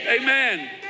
amen